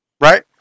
Right